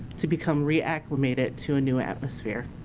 to become re-acclimated to a new atmosphere.